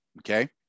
okay